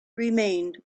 remained